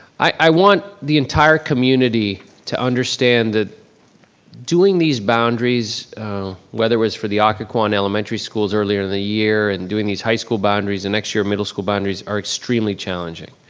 i want the entire community to understand that doing these boundaries whether it was for the occuaquan elementary schools earlier in the year and doing these high school boundaries and next year middle school boundaries are extremely challenging